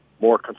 more